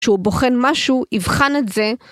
כשהוא בוחן משהו, יבחן את זה.